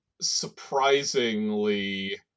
surprisingly